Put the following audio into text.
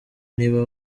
niba